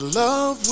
love